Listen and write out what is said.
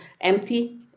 empty